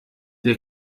der